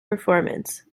performance